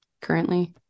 currently